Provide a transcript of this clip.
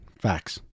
Facts